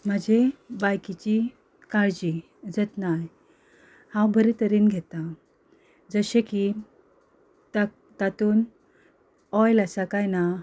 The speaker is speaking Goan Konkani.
म्हजे बायकीची काळजी जतनाय हांव बरे तरेन घेतां जशे की ता तातून ऑयल आसा काय ना